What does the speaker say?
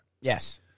Yes